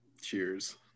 Cheers